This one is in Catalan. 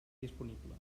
disponible